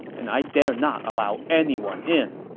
and i dare not allow anyone in.